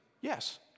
yes